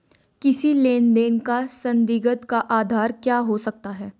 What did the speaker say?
किसी लेन देन का संदिग्ध का आधार क्या हो सकता है?